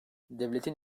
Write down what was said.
devletin